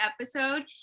episode